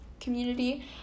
community